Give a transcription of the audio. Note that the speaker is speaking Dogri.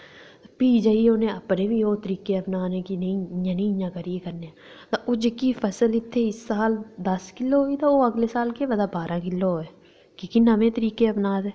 भी उ'नें जाइयै अपने बी ओह् तरीके अपनाने की नेईं इं'या निं इं'या करियै करने आं ते ओह् जेह्की फसल इत्थें दस्स किल्लो होई ते केह् पता अगले साल बारां किल्लो होऐ की के नमें तरीके अपनांदे